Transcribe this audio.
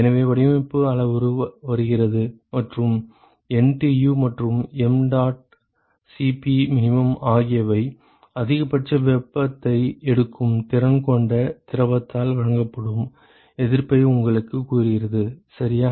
எனவே வடிவமைப்பு அளவுரு வருகிறது மற்றும் NTU மற்றும் mdot Cp min ஆகியவை அதிகபட்ச வெப்பத்தை எடுக்கும் திறன் கொண்ட திரவத்தால் வழங்கப்படும் எதிர்ப்பை உங்களுக்குக் கூறுகிறது சரியா